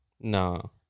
No